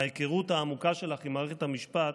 ההיכרות העמוקה שלך עם מערכת המשפט